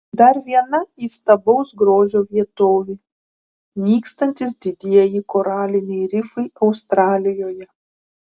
dar viena įstabaus grožio vietovė nykstantys didieji koraliniai rifai australijoje